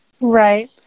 Right